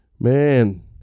man